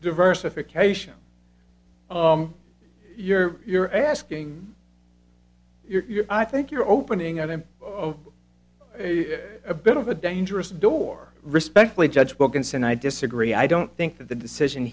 diversification you're you're asking you're i think you're opening up i'm a bit of a dangerous door respectfully judge wilkinson i disagree i don't think that the decision